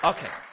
Okay